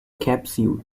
capsule